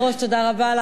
תודה רבה לך,